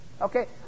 Okay